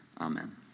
Amen